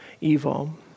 evil